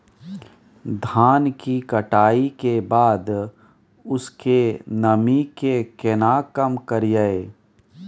धान की कटाई के बाद उसके नमी के केना कम करियै?